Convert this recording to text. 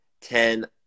ten